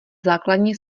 základní